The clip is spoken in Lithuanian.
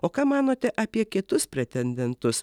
o ką manote apie kitus pretendentus